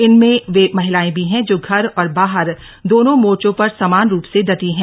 इनमें वे महिलाए भी हैं जो घर और बाहर दोनों मोर्चों पर समान रूप से डटी हैं